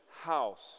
house